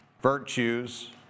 virtues